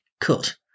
cut